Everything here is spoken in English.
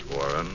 Warren